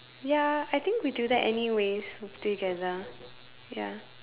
ya I think we do that anyways together ya